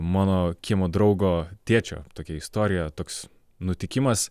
mano kiemo draugo tėčio tokia istorija toks nutikimas